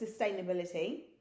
sustainability